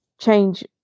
change